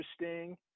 interesting